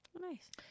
Nice